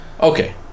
Okay